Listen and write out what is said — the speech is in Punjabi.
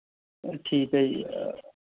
ਠੀਕ ਹੈ ਜੀ